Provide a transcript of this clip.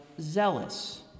zealous